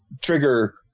trigger